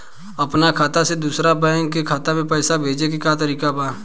अपना खाता से दूसरा बैंक के खाता में पैसा भेजे के तरीका का बा?